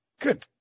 Good